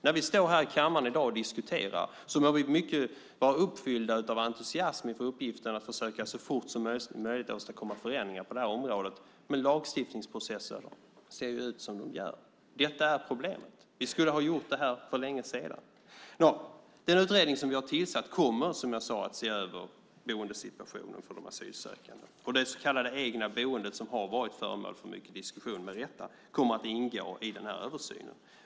När vi står här i kammaren i dag och diskuterar må vi vara uppfyllda av entusiasm inför uppgiften att så fort som möjligt åstadkomma förändringar på det här området, men lagstiftningsprocessen ser ut som den gör. Detta är problemet. Vi skulle ha gjort det här för länge sedan. Den utredning som vi har tillsatt kommer, som jag sade, att se över boendesituationen för de asylsökande. Det så kallade egna boendet som har varit föremål för mycket diskussion, med rätta, kommer att ingå i den översynen.